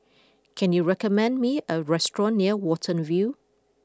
can you recommend me a restaurant near Watten View